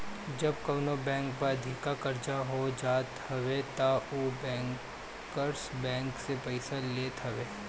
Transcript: जब कवनो बैंक पे अधिका कर्जा हो जात हवे तब उ बैंकर्स बैंक से पईसा लेत हवे